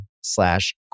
slash